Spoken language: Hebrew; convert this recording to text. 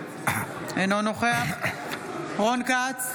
אינו נוכח רון כץ,